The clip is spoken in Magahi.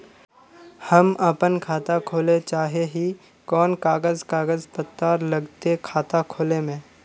हम अपन खाता खोले चाहे ही कोन कागज कागज पत्तार लगते खाता खोले में?